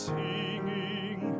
singing